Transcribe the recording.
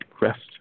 rest